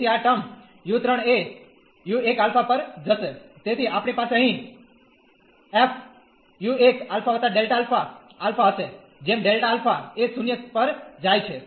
તેથી આ ટર્મ ξ 3 એ u1α પર જશે તેથી આપણી પાસે અહીં f u1 α Δα આલ્ફા હશે જેમ ડેલ્ટા આલ્ફા એ 0 પર જાય છે